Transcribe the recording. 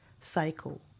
cycle